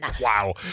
Wow